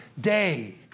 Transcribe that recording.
day